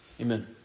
Amen